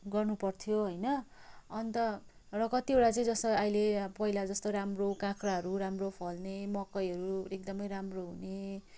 गर्नु पर्थ्यो होइन अन्त र कतिवाटा चाहिँ जस्तो अहिले पहिला जस्तो राम्रो काँक्राहरू राम्रो फल्ने मकैहरू एकदमै राम्रो हुने